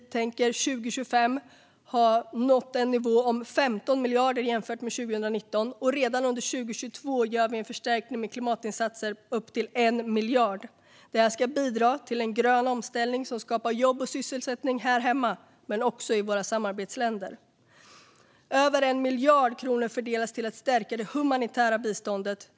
Vi tänker 2025 ha nått en nivå på 15 miljarder. Redan under 2022 gör vi en förstärkning av klimatinsatserna med upp till 1 miljard. Detta ska bidra till en grön omställning som skapar jobb och sysselsättning här hemma men också i våra samarbetsländer. Över 1 miljard kronor fördelas till att stärka det humanitära biståndet.